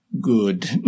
good